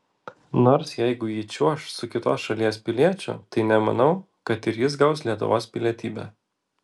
nors jeigu ji čiuoš su kitos šalies piliečiu tai nemanau kad ir jis gaus lietuvos pilietybę